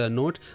note।